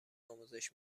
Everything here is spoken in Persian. آموزش